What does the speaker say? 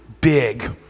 big